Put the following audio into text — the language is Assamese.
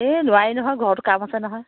এই নোৱাৰি নহয় ঘৰতটো কাম আছে নহয়